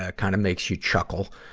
ah kind of makes you chuckle,